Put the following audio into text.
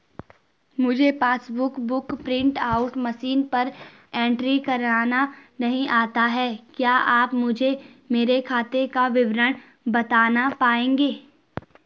मुझे passbook book print out machine पर entry करना नहीं आता है क्या आप मुझे मेरे खाते का विवरण बताना पाएंगे?